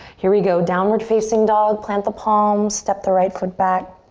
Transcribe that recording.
here we go, downward facing dog, plant the palms, step the right foot back.